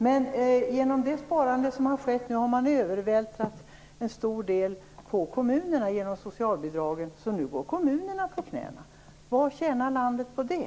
Men genom det sparande som har skett nu har man övervältrat en stor del på kommunerna, genom socialbidragen, så nu går kommunerna på knäna. Vad tjänar landet på det?